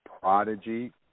Prodigy